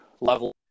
level